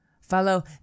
Follow